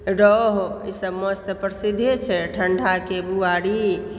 रौह ई सब माछ तऽ प्रसिद्धे छै ठण्डा के बुआरी